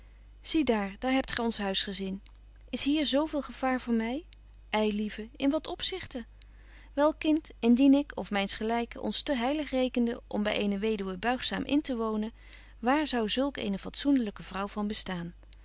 zie daar daar hebt gy ons huisgezin is hier zo veel gevaar voor my ei lieve in wat opzichte wel kind indien ik of myns gelyken ons te heilig rekenden om by eene weduwe buigzaam intewonen waar zou zulk eene fatsoendelyke vrouw van bestaan